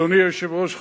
אדוני היושב-ראש,